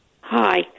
Hi